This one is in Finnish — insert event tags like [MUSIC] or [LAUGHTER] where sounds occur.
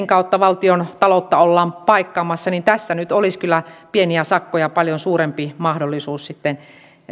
[UNINTELLIGIBLE] kautta valtiontaloutta ollaan paikkaamassa tässä nyt olisi kyllä pieniä sakkoja paljon suurempi mahdollisuus sitten